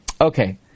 Okay